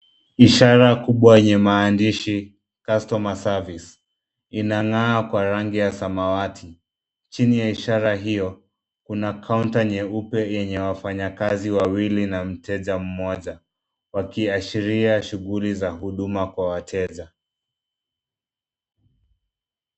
Ishara kubwa yenye maandishi customer service , inang'aa kwa rangi ya samawati. Chini ya ishara hiyo, kuna kaunta nyeupe yenye wafanyakazi wawili na mteja mmoja. Wakiashiria shughuli za huduma kwa wateja.